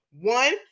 One